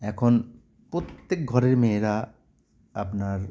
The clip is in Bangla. এখন প্রত্যেক ঘরের মেয়েরা আপনার